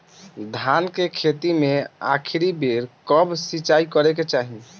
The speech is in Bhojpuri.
धान के खेती मे आखिरी बेर कब सिचाई करे के चाही?